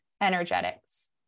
energetics